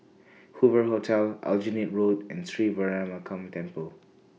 Hoover Hotel Aljunied Road and Sri Temple